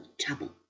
trouble